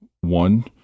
one